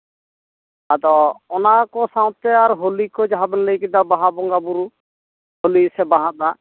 ᱟᱫᱚ ᱚᱱᱟ ᱠᱚ ᱥᱟᱶᱛᱮ ᱟᱨ ᱦᱳᱞᱤ ᱠᱚ ᱡᱟᱦᱟᱸ ᱵᱮᱱ ᱞᱟᱹᱭ ᱠᱮᱫᱟ ᱵᱟᱦᱟ ᱵᱚᱸᱜᱟ ᱵᱩᱨᱩ ᱦᱳᱞᱤ ᱥᱮ ᱵᱟᱦᱟ ᱫᱟᱜ